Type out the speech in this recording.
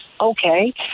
Okay